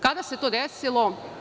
Kada se to desilo?